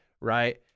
right